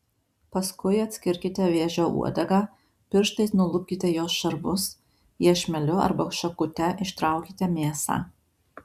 paskui atskirkite vėžio uodegą pirštais nulupkite jos šarvus iešmeliu arba šakute ištraukite mėsą